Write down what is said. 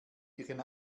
ihren